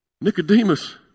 Nicodemus